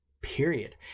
period